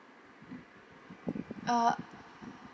uh